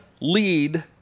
lead